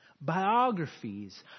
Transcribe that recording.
biographies